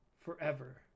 forever